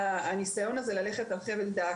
הניסיון ללכת על חבל דק,